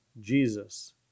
Jesus